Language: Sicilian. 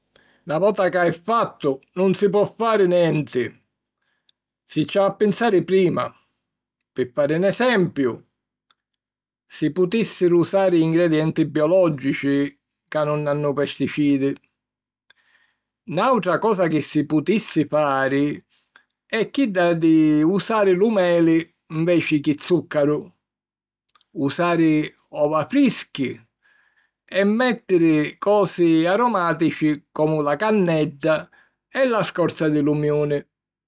Na vota ca è fattu, nun si po fari nenti. Si ci havi a pinsari prima. Pi fari 'n esempiu, si putìssiru usari ingredienti biològici ca nun hannu pesticidi. Nàutra cosa chi si putissi fari è chidda di usari lu meli nveci chi zùccaru; usari ova frischi e mèttiri cosi aromàtici comu la cannedda e la scorza di lumiuni.